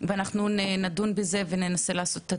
ואנחנו נדון בזה וננסה לעשות את התיווך.